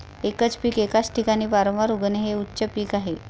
एकच पीक एकाच ठिकाणी वारंवार उगवणे हे उच्च पीक आहे